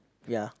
ya